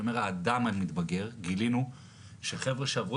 אלא אני אומר האדם המתבגר גילינו שחבר'ה שעברו